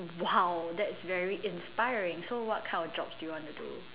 !wow! that's very inspiring so what kind of jobs do you want to do